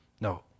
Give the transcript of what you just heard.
No